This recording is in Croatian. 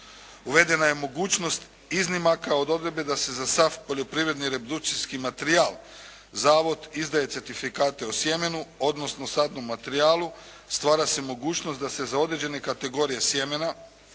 Uvedena je mogućnost iznimaka od odredbe da se za sav poljoprivredni rebdukcijski materija, zavod izdaje certifikate od sjemenu, odnosno sadnom materijalu, stvara se mogućnost da se za određene kategorije sjemena,